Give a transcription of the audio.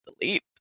delete